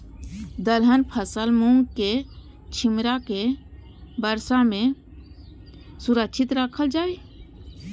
दलहन फसल मूँग के छिमरा के वर्षा में सुरक्षित राखल जाय?